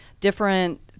different